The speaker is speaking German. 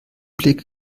blick